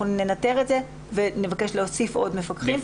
אנחנו ננטר את זה ונבקש להוסיף עוד מפקחים.